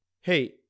Hey